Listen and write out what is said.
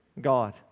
God